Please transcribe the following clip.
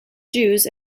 jews